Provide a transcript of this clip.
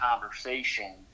conversation